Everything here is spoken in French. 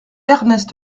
ernest